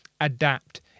adapt